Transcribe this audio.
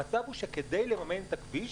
המצב הוא שכדי לממן את הכביש